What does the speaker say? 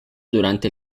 durante